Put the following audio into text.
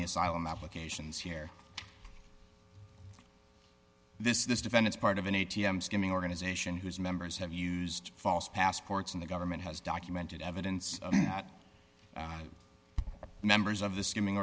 the asylum applications here this is defend it's part of an a t m skimming organization whose members have used false passports and the government has documented evidence that members of the skimming